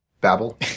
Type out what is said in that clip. babble